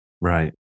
Right